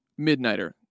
midnighter